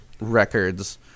records